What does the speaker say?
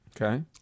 Okay